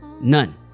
None